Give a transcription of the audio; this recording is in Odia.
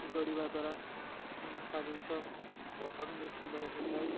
ଦୌଡ଼ିବା ଦ୍ୱାରା ଶାରୀରିକ ଗଠନ ବି ସୁନ୍ଦର ହେଇଥାଏ